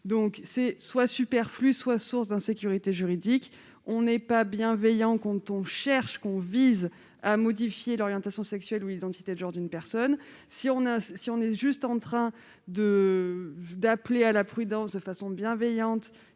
donc soit superflu soit source d'insécurité juridique. On n'est pas bienveillant quand on cherche à modifier l'orientation sexuelle ou l'identité de genre d'une personne ! Si l'on est juste en train d'appeler une personne à la prudence de façon bienveillante